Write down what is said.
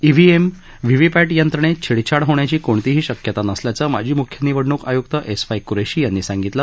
EVM VVPAT यंत्रणेत छेडछाड होण्याची कोणतीही शक्यता नसल्याचं माजी म्ख्य निवडणूक आय्क्त एस वाय क्रेशी यांनी सांगितलं